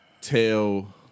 tell